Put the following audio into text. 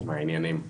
מה העניינים?